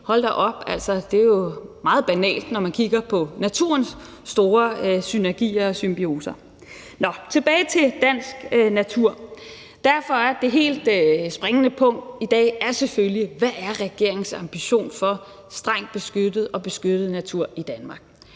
hold da op – jo er meget banalt, når man kigger på naturens store synergier og symbioser. Nå, tilbage til dansk natur. Det helt springende punkt i dag er derfor selvfølgelig, hvad regeringens ambition er for strengt beskyttet og beskyttet natur i Danmark.